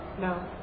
No